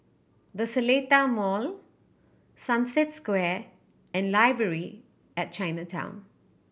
The Seletar Mall Sunset Square and Library at Chinatown